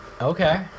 Okay